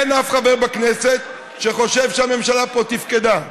אין שום חבר בכנסת שחושב שהממשלה תפקדה פה.